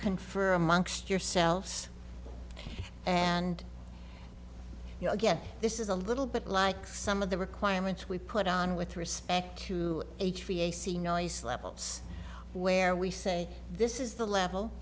confer amongst yourselves and you know again this is a little bit like some of the requirements we put on with respect to h b a c nice levels where we say this is the level